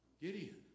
Gideon